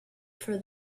for